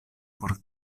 por